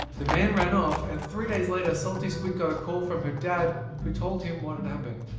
the man ran off, and three days later saltysquid got a call from her dad who told him what and happened.